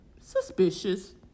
suspicious